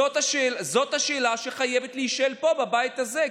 זו השאלה שחייבת להישאל פה בבית הזה,